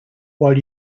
while